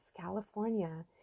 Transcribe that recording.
California